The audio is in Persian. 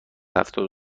هفتاد